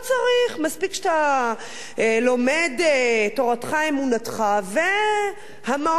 מספיק שאתה לומד, תורתך אומנותך, והמעון יכוסה.